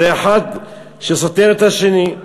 האחד סותר את השני.